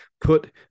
put